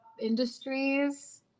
industries